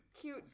cute